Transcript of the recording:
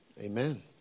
Amen